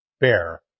bear